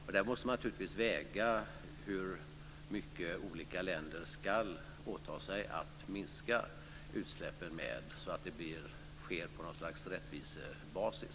Man måste då naturligtvis väga in hur mycket olika länder ska åta sig att minska utsläppen, så att det sker på något slags rättvisebasis.